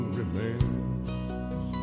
remains